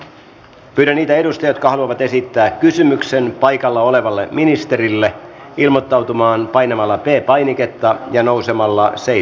pyydän niitä edustajia jotka haluavat esittää kysymyksen paikalla olevalle ministerille ilmoittautumaan painamalla p painiketta ja nousemalla seisomaan